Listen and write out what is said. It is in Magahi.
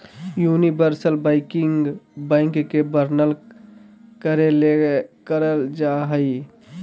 यूनिवर्सल बैंकिंग बैंक के वर्णन करे ले कइल जा हइ